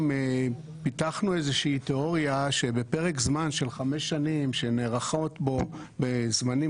פיתחנו איזושהי תיאוריה שבפרק זמן של 5 שנים שנערכות בו בזמנים